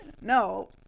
No